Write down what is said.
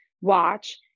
watch